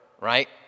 right